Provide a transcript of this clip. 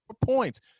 points